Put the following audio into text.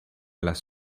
las